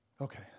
Okay